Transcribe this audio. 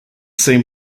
same